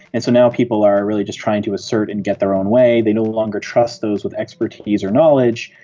and so now people are really just trying to assert and get their own way. they no longer trust those with expertise or knowledge,